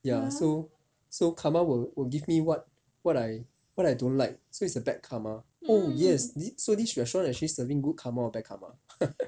ya so so karma will will give me what what I what I don't like so it's a bad karma oh yes it so this restaurant actually serving good karma or bad karma